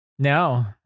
No